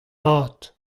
mat